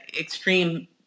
extreme